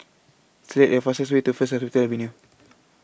Select The fastest Way to First Hospital Avenue